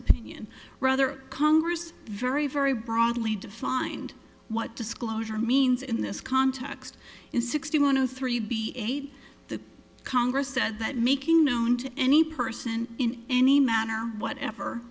opinion rather congress very very broadly defined what disclosure means in this context in sixty one to three b eight the congress said that making known to any person in any matter whatever